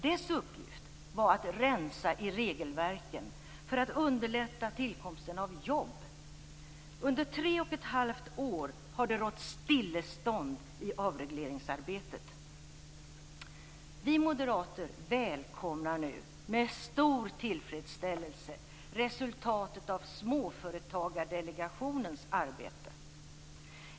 Dess uppgift var att rensa i regelverken för att underlätta tillkomsten av jobb. Under tre och ett halvt år har det rått stillestånd i avregleringsarbetet. Vi moderater välkomnar nu med stor tillfredsställelse resultatet av Småföretagardelegationens arbete.